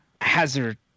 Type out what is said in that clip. Hazard